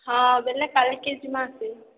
ହଁ ବେଲେ କାଲ୍କେ ଯିମଅ ସେ